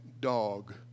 dog